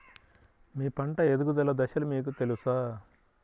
మీ పంట ఎదుగుదల దశలు మీకు తెలుసా?